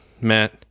Matt